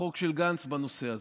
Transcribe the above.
בחוק של גנץ בנושא הזה.